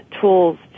tools